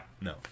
No